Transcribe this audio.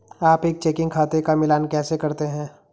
आप एक चेकिंग खाते का मिलान कैसे करते हैं?